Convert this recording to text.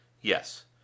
Yes